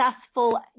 successful